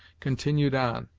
continued on,